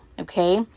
okay